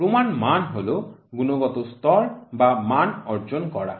প্রমাণ মান হল গুনগত স্তর বা মান অর্জন করা